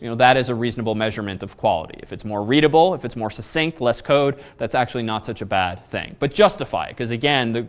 you know that is a reasonable measurement of quality. if it's more readable, if it's more succinct, less code. that's actually not such a bad thing. but justify it, because again,